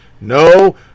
No